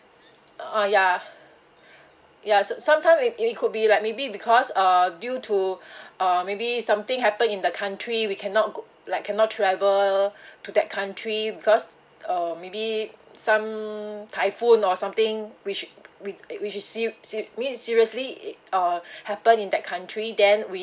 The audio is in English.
uh ya ya some sometime maybe it could be like maybe because uh due to uh maybe something happen in the country we cannot like cannot travel to that country because uh maybe some typhoon or something which which is means seriously it uh happen in that country then we